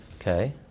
Okay